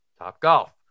Topgolf